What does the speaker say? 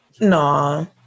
No